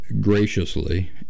graciously